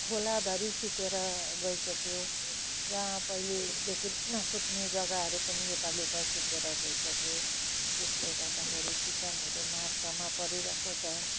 खोलाधरि सुकेर गइसक्यो जहाँ पहिल्यैदेखि नसुक्ने जगाहरू पनि यो पालि त सुकेर गइसक्यो त्यसले गर्दाखेरि किसानहरू मर्कामा परिरहेको छ